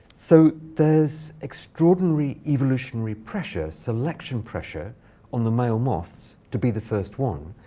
so there's extraordinary evolutionary pressure selection pressure on the male moths to be the first one.